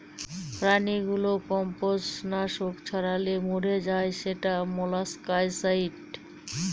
প্রাণীগুলো কম্বজ নাশক ছড়ালে মরে যায় সেটা মোলাস্কাসাইড